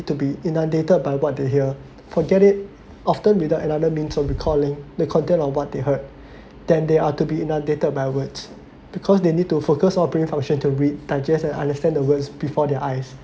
to be inundated by what they hear forget it often without another means on recalling the content on what they heard than they are to be inundated by words because they need to focus our brain function to re~ digest and understand the words before their eyes